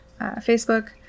Facebook